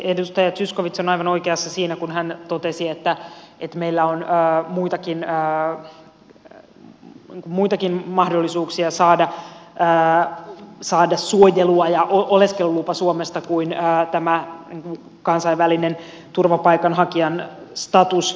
edustaja zyskowicz on aivan oikeassa siinä kun hän totesi että nyt meillä onkaan muita kinaa on muitakin mahdollisuuksia saada suojelua ja oleskelulupa suomesta kuin tämä kansainvälinen turvapaikanhakijan status